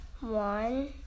One